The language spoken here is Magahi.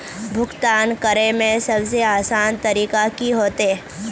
भुगतान करे में सबसे आसान तरीका की होते?